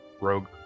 rogue